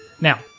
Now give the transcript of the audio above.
Now